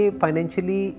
financially